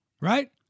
right